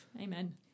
Amen